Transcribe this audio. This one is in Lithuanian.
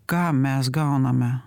ką mes gauname